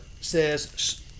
says